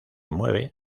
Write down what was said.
mueve